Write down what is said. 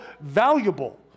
valuable